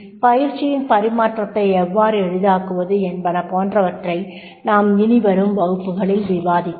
பயிற்சியின் பரிமாற்றத்தை எவ்வாறு எளிதாக்குவது என்பன போன்றவற்றை நாம் இனிவரும் வகுப்புகளில் விவாதிக்கலாம்